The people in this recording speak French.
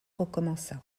recommença